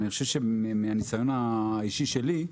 אני חושב שאני מדבר מהניסיון האישי שלי,